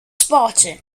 spartan